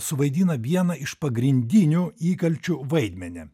suvaidina vieną iš pagrindinių įkalčių vaidmenį